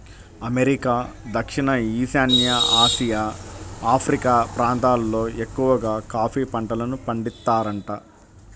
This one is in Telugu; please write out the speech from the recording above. అమెరికా, దక్షిణ ఈశాన్య ఆసియా, ఆఫ్రికా ప్రాంతాలల్లో ఎక్కవగా కాఫీ పంటను పండిత్తారంట